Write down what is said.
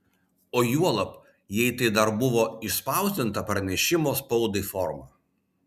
o juolab jei tai dar buvo išspausdinta pranešimo spaudai forma